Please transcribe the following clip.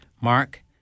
Mark